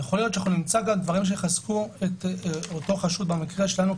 יכול להיות שאנחנו נמצא גם דברים שיחזקו את אותו חשוד במקרה שלנו,